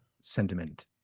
sentiment